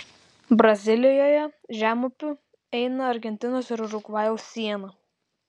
brazilijoje žemupiu eina argentinos ir urugvajaus siena